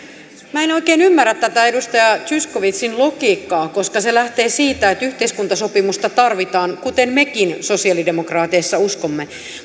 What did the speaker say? en oikein ymmärrä tätä edustaja zyskowiczin logiikkaa koska se lähtee siitä että yhteiskuntasopimusta tarvitaan kuten mekin sosialidemokraateissa uskomme